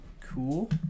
Cool